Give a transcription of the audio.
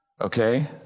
Okay